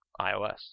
iOS